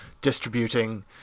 distributing